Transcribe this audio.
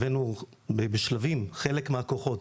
הבאנו בשלבים חלק מהכוחות,